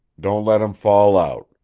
don't let him fall out.